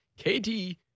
KD